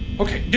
okay,